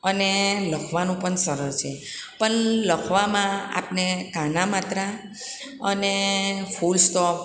અને લખવાનું પણ સરળ છે પણ લખવામાં આપને કાના માત્રા અને ફૂલ સ્ટોપ